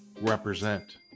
represent